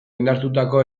indartutako